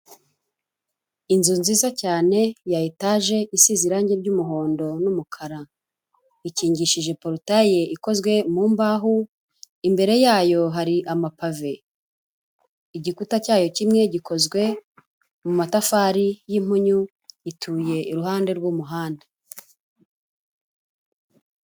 Inzu nziza cyane ya etage isize irangi ry'umuhondo n'umukara ikingishijwe polotaye ikozwe mu mbaho imbere yayo hari amapave igikuta cyayo kimwe gikozwe mu matafari y'impunyu ituye iruhande rw'umuhanda.